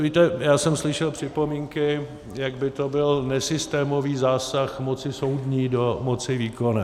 Víte, já jsem slyšel připomínky, jak by to byl nesystémový zásah moci soudní do moci výkonné.